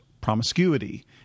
promiscuity